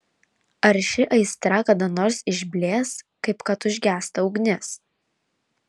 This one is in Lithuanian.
ar ši aistra kada nors išblės kaip kad užgęsta ugnis